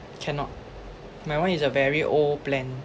cannot my one is a very old plan